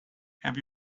have